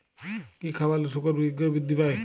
কি খাবালে শুকর শিঘ্রই বৃদ্ধি পায়?